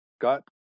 got